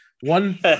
one